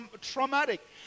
traumatic